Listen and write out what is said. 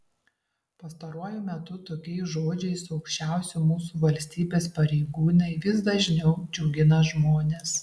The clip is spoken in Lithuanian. pastaruoju metu tokiais žodžiais aukščiausi mūsų valstybės pareigūnai vis dažniau džiugina žmones